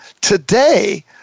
Today